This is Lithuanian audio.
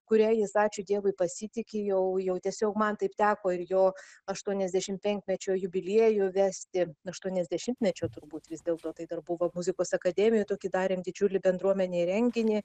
kuria jis ačiū dievui pasitiki jau jau tiesiog man taip teko ir jo aštuoniasdešim penkmečio jubiliejų vesti aštuoniasdešimtmečio turbūt vis dėlto tai dar buvo muzikos akademijoj tokį darėm didžiulį bendruomenei renginį